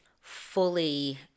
fully